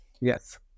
Yes